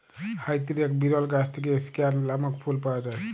হাইতির এক বিরল গাছ থেক্যে স্কেয়ান লামক ফুল পাওয়া যায়